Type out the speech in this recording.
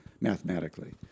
mathematically